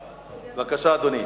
בבקשה, אדוני.